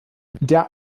der